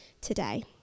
today